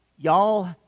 Y'all